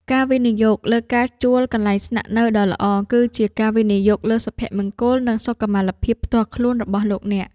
ការវិនិយោគលើការជួលកន្លែងស្នាក់នៅដ៏ល្អគឺជាការវិនិយោគលើសុភមង្គលនិងសុខុមាលភាពផ្ទាល់ខ្លួនរបស់លោកអ្នក។